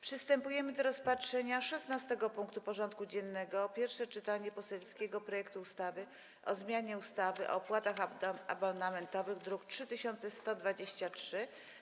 Przystępujemy do rozpatrzenia punktu 16. porządku dziennego: Pierwsze czytanie poselskiego projektu ustawy o zmianie ustawy o opłatach abonamentowych (druk nr 3123)